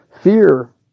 Fear